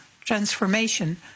transformation